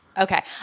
Okay